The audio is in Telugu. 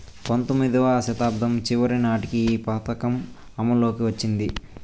పంతొమ్మిదివ శతాబ్దం చివరి నాటికి ఈ పథకం అమల్లోకి వచ్చింది